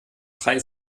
frei